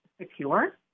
secure